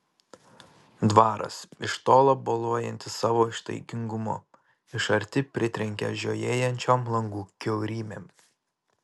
dvaras iš tolo boluojantis savo ištaigingumu iš arti pritrenkia žiojėjančiom langų kiaurymėm